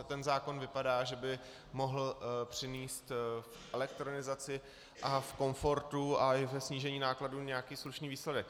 Ten zákon vypadá, že by mohl přinést elektronizaci a v komfortu i ve snížení nákladů nějaký slušný výsledek.